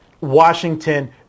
Washington